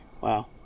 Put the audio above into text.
wow